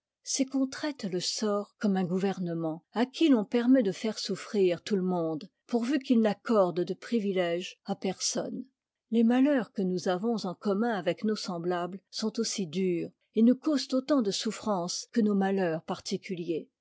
c'est qu'on traite le sort comme un gouvernement à qui l'on permet de faire souffrir tout le monde pourvu qu'il n'accorde de priviléges à personne les malheurs que nous avons en commun avec nos semblables sont aussi durs et nous causent autant de souffrance que nos malheurs particuliers